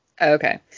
okay